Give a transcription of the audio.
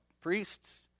priests